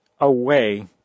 away